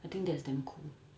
I think that's damn cool